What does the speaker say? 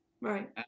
Right